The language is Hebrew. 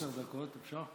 עשר דקות, אפשר?